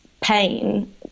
pain